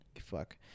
fuck